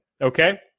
Okay